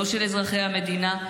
לא של אזרחי המדינה,